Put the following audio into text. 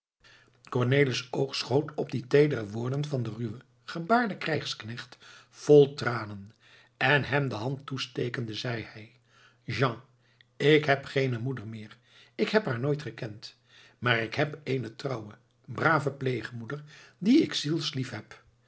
cornelis oog schoot op die teedere woorden van den ruwen gebaarden krijgsknecht vol tranen en hem de hand toestekende zei hij jean ik heb geene moeder meer ik heb haar nooit gekend maar ik heb eene trouwe brave pleegmoeder die ik zielslief heb